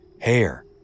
hair